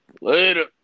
Later